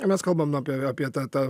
mes kalbam apie apie tą tą